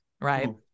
right